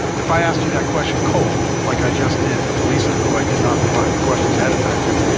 if i ask you that question cold like i just did elissa, who i did not provide the questions at a time too,